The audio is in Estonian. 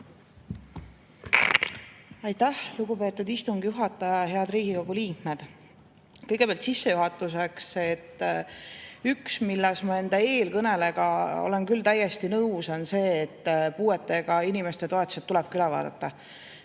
Aitäh, lugupeetud istungi juhataja! Head Riigikogu liikmed! Kõigepealt sissejuhatuseks, et üks, milles ma eelkõnelejaga olen küll täiesti nõus, on see, et puuetega inimeste toetused tulebki üle vaadata.